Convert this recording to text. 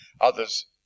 Others